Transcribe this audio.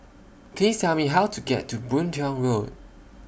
Please Tell Me How to get to Boon Tiong Road